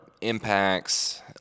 Impacts